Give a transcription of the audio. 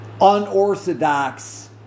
unorthodox